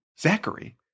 Zachary